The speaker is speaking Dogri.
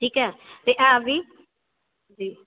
ठीक ऐ ते ऐ बी